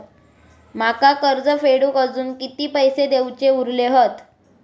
माका कर्ज फेडूक आजुन किती पैशे देऊचे उरले हत?